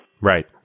Right